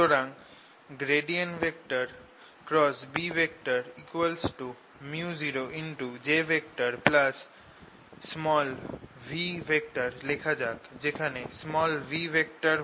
সুতরাং Bµojv লেখা যাক যেখানে v হল একটা ভেক্টর